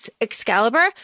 excalibur